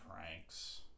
pranks